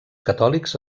catòlics